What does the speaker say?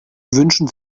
wünschen